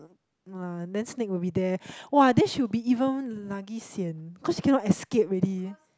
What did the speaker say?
ah then snake would be there !wow! then she will be even lagi sian cause she cannot escape already